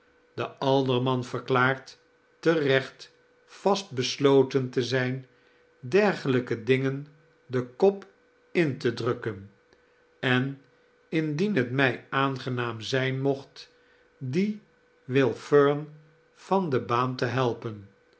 de alderman verklaart terecht vastbesloten te zijn dergelijke dingen den kop in te drukken en indien het mij aangenaam zijn mocht dien will fern van de baan te helpen